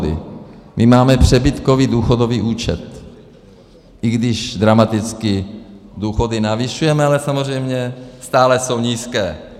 My máme přebytkový důchodový účet, i když dramaticky důchody navyšujeme, ale samozřejmě stále jsou nízké.